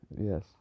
yes